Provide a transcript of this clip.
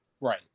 right